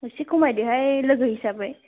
एसे खमायदोहाय लोगो हिसाबै